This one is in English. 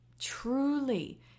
truly